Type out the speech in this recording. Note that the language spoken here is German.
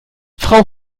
frau